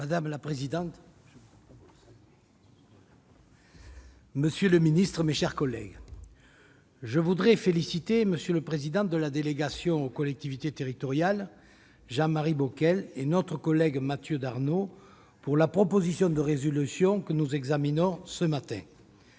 Madame la présidente, monsieur le secrétaire d'État, mes chers collègues, je voudrais féliciter M. le président de la délégation aux collectivités territoriales, Jean-Marie Bockel, et Mathieu Darnaud pour la proposition de résolution que nous examinons ce matin.